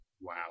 wow